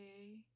okay